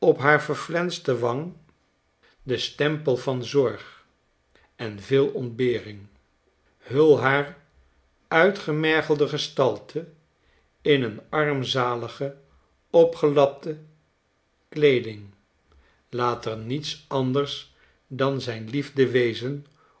op haar verflenste wang den stempel van zorg en veel ontbering hul haar uitgemergelde gestalte in een armzalige opgelapte kleeding laat er niets anders dan zijn liefde